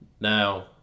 Now